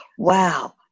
Wow